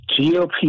GOP